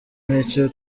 n’icyo